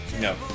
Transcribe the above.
No